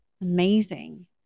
Amazing